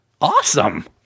Awesome